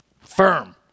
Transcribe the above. firm